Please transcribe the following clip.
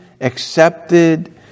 accepted